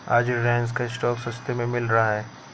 आज रिलायंस का स्टॉक सस्ते में मिल रहा है